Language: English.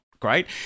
Great